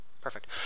Perfect